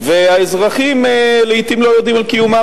והאזרחים לעתים לא יודעים על קיומם,